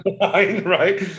right